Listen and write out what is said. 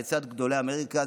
לצד גדולי אמריקה,